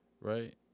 right